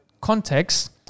context